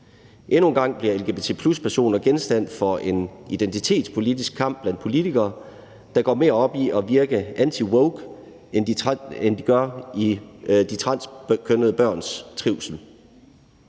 Endnu en gang bliver lgbt+-personer genstand for en identitetspolitisk kamp blandt politikere, der går mere op i at virke antiwoke end i de transkønnede børns trivsel.